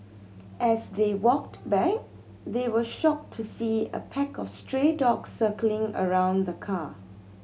as they walked back they were shocked to see a pack of stray dogs circling around the car